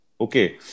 Okay